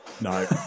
no